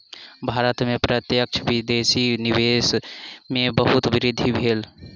भारत में प्रत्यक्ष विदेशी निवेश में बहुत वृद्धि भेल